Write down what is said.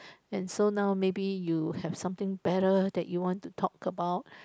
and so now maybe you have something better that you want to talk about